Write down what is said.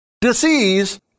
Disease